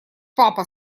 папа